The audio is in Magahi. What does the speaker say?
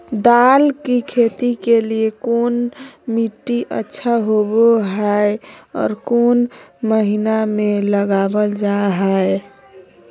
दाल की खेती के लिए कौन मिट्टी अच्छा होबो हाय और कौन महीना में लगाबल जा हाय?